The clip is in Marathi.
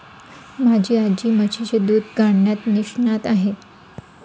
माझी आजी म्हशीचे दूध काढण्यात निष्णात आहे